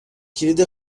کلید